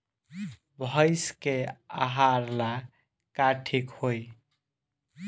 भइस के आहार ला का ठिक होई?